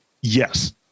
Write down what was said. Yes